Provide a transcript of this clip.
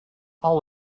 all